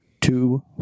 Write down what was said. Two